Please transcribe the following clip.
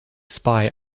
spy